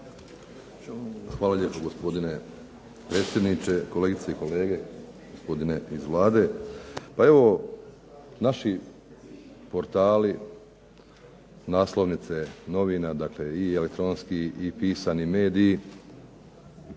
Hvala lijepo gospodine predsjedniče, kolegice i kolege, gospodine iz Vlade. Pa evo naši portali, naslovnice novina, dakle i elektronski i pisani mediji